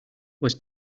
was